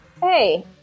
Hey